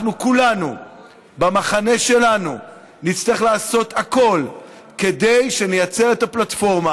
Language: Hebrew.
אנחנו כולנו במחנה שלנו נצטרך לעשות הכול כדי שנייצר את הפלטפורמה